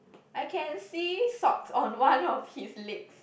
I can see socks on one of his legs